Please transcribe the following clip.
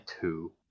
two